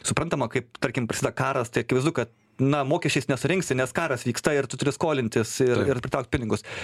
suprantama kaip tarkim prasideda karas tai akivaizdu kad na mokesčiais nesurinksi nes karas vyksta ir tu turi skolintis ir ir pritraukt pinigus